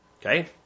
Okay